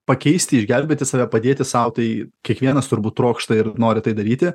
pakeisti išgelbėti save padėti sau tai kiekvienas turbūt trokšta ir nori tai daryti